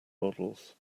models